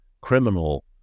criminal